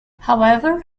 however